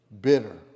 bitter